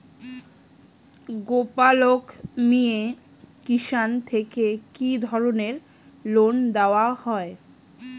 গোপালক মিয়ে কিষান থেকে কি ধরনের লোন দেওয়া হয়?